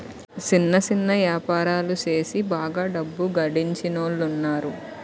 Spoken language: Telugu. సిన్న సిన్న యాపారాలు సేసి బాగా డబ్బు గడించినోలున్నారు